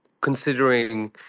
considering